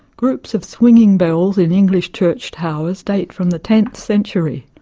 groups of swinging bells in english church towers date from the tenth century.